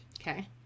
okay